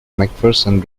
mcpherson